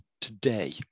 today